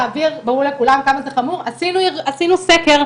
עשינו סקר,